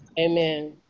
amen